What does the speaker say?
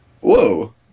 Whoa